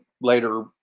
later